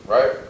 Right